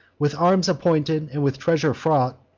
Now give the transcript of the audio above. with arms appointed, and with treasure fraught,